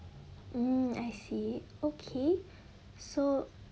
mm I see okay so